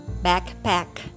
backpack